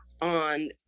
on